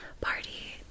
party